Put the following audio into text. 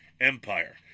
empire